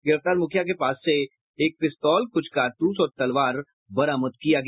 गिरफ्तार मुखिया के पास से एक पिस्तौल कुछ कारतूस और तलवार बरामद किया गया